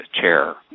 chair